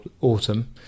autumn